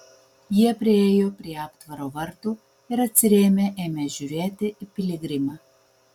jie priėjo prie aptvaro vartų ir atsirėmę ėmė žiūrėti į piligrimą